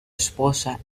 esposa